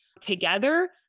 together